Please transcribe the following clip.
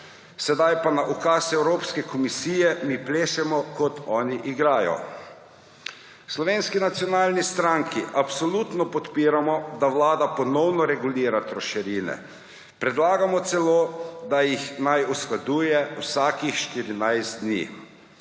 Sedaj pa na ukaz Evropske komisije mi plešemo, kot oni igrajo. V Slovenski nacionalni stranki absolutno podpiramo, da vlada ponovno regulira trošarine. Predlagamo celo, da jih naj usklajuje vsakih 14 dni.